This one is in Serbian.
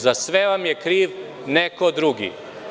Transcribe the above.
Za sve vam je kriv neko drugi.